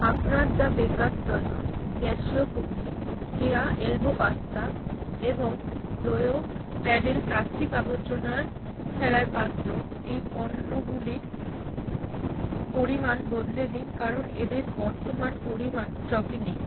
আপনার the bakers dozen cashew cookie Keya elbow pasta এবং Joyo pedal plastic আবর্জনা ফেলার পাত্র এই পণ্যগুলির পরিমাণ বদলে দিন কারণ এদের বর্তমান পরিমাণ স্টকে নেই